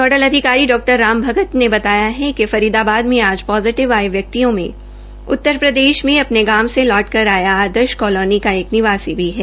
nodal अधिकारी डा राम भगत ने बताया कि फरीदाबाद में आज पोजिटिव आये व्यक्तियों में उत्तरप्रदेश में अपने गांव से लौटकर आया आदर्श कालोनी का एक निवासी भी है